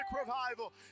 revival